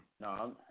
No